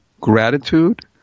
gratitude